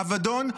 עבדון,